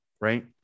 right